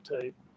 tape